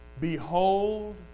Behold